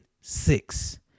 six